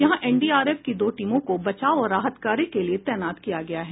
यहां एनडीआरएफ की दो टीमों को बचाव और राहत कार्य के लिये तैनात किया गया है